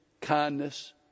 kindness